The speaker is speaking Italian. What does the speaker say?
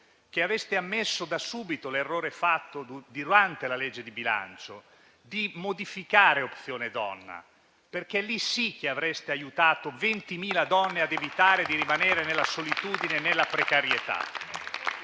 che aveste ammesso da subito l'errore fatto, durante la legge di bilancio, di modificare opzione donna, perché lì sì che avreste aiutato 20.000 donne ad evitare di rimanere nella solitudine e nella precarietà.